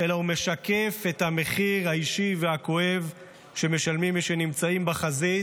אלא הוא משקף את המחיר האישי והכואב שמשלמים מי שנמצאים בחזית,